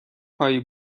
هایی